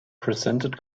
presented